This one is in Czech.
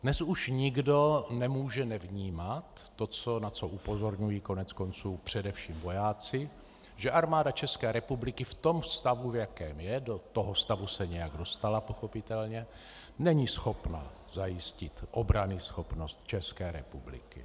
Dnes už nikdo nemůže nevnímat, na co upozorňují koneckonců především vojáci, že Armáda České republiky v tom stavu, v jakém je do toho stavu se nějak dostala pochopitelně , není schopna zajistit obranyschopnost České republiky.